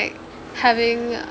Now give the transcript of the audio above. having